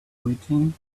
waiting